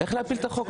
איך להפיל את החוק?,